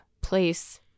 place